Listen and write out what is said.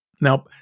Now